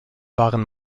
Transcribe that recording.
waren